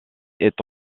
est